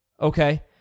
Okay